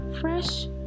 fresh